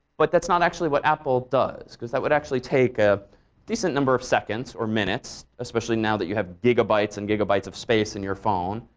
but that's not actually what apple does because that would actually take a decent number of seconds or minutes, especially now that you have gigabytes and gigabytes of space in your phone.